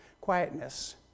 quietness